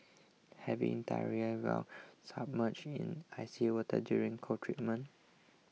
having diarrhoea while submerged in icy water during cold treatment